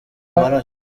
maraso